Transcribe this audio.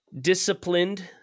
disciplined